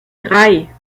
drei